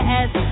Yes